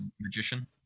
magician